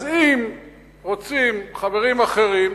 אז אם רוצים חברים אחרים,